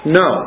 no